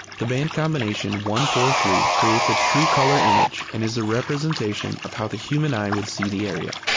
the band combination one four three creates a true color image and is a representation of how the human eye would see the area.